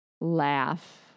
laugh